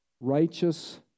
righteous